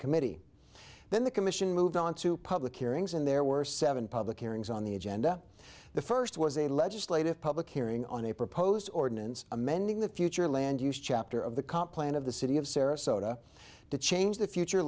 committee then the commission moved on to public hearings and there were seven public hearings on the agenda the first was a legislative public hearing on a proposed ordinance amending the future land use chapter of the comp plan of the city of sarasota to change the future